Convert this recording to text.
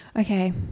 Okay